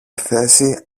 θέση